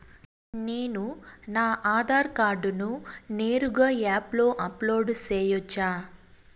నేను నా ఆధార్ కార్డును నేరుగా యాప్ లో అప్లోడ్ సేయొచ్చా?